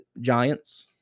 giants